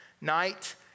night